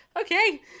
okay